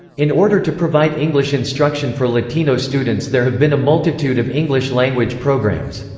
in order to provide english instruction for latino students there have been a multitude of english language programs.